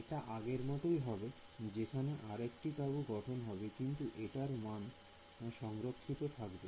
এটা আগের মতোই হবে যেখানে আরেকটি তাবু গঠন হবে কিন্তু এটার মান সংরক্ষিত থাকবে